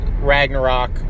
Ragnarok